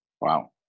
Wow